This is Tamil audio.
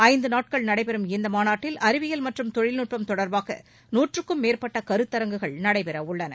ஐந்து நாட்கள் நடைபெறும் இந்த மாநாட்டில் அறிவியல் மற்றும் தொழில்நுட்பம் தொடர்பாக நாற்றுக்கும் மேற்பட்ட கருத்தரங்குகள் நடைபெறவுள்ளன